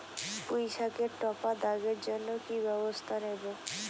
পুই শাকেতে টপা দাগের জন্য কি ব্যবস্থা নেব?